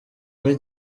muri